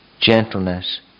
gentleness